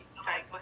Sorry